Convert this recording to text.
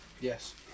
Yes